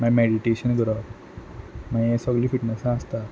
माई meditation करप माई हें सोगलें फिटणसा आसता